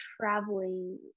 traveling